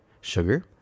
sugar